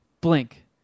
blink